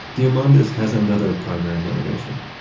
diamandis has another primary motivation,